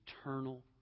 eternal